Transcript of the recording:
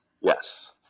Yes